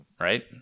right